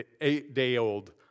eight-day-old